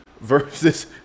versus